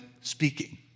speaking